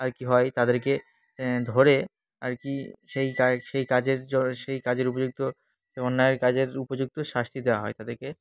আর কি হয় তাদেরকে ধরে আর কি সেই কাজ সেই কাজের সেই কাজের উপযুক্ত অন্যায়ের কাজের উপযুক্ত শাস্তি দেওয়া হয় তাদেরকে